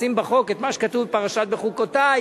לשים בחוק את מה שכתוב בפרשת בחוקותי,